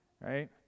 Right